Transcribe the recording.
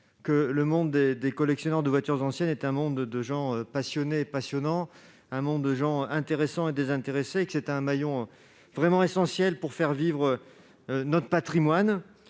que le monde des collectionneurs de voitures anciennes est composé de gens passionnés et passionnants, intéressants et désintéressés. Ils sont un maillon essentiel pour faire vivre notre patrimoine,